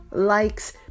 likes